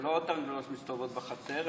הן לא מתרנגולות שנמצאות בחצר,